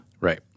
Right